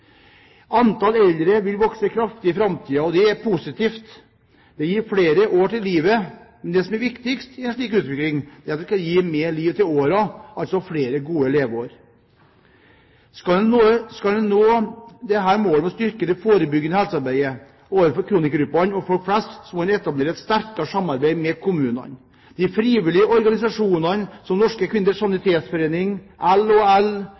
eldre vil vokse kraftig i framtiden, og det er positivt. Det gir flere år til livet. Men det som er viktigst i en slik utvikling, er at det skal gi mer liv til årene – altså flere gode leveår. Skal en nå dette målet om å styrke det forebyggende helsearbeidet, både overfor kronikergruppene og folk flest, må en etablere et sterkere samarbeid med kommunene. De frivillige organisasjonene, som Norske Kvinners Sanitetsforening, LHL, brukerorganisasjoner, Hørselshemmedes Landsforbund, friluftsorganisasjoner, Norges Idrettsforbund, gjør i dag en viktig og